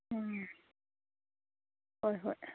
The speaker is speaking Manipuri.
ꯎꯝ ꯍꯣꯏ ꯍꯣꯏ